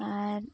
ᱟᱨ